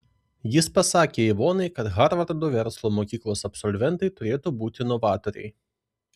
jis pasakė ivonai kad harvardo verslo mokyklos absolventai turėtų būti novatoriai